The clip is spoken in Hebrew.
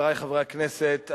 חברי חברי הכנסת,